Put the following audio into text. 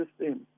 system